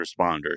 responders